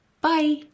Bye